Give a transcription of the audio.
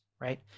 right